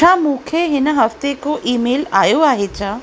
छा मूंखे हिन हफ़्ते को ईमेल आयो आहे छा